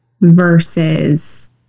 versus